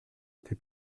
été